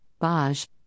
Baj